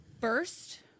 First